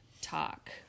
talk